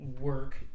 work